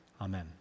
Amen